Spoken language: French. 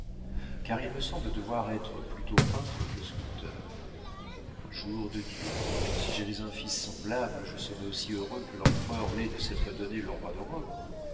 car il me semble devoir être plutôt peintre que sculpteur jour de dieu si j'avais un fils semblable je serais aussi heureux que l'empereur l'est de s'être donné le roi de rome